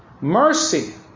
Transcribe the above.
Mercy